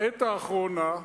בעת האחרונה,